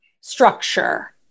structure